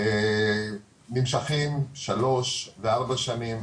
נמשכים שלוש וארבע שנים,